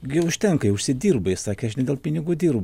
gi užtenka jau užsidirbai sakė aš ne dėl pinigų dirbu